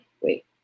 Wait